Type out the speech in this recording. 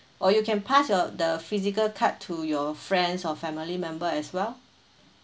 or you can pass your the physical card to your friends or family member as well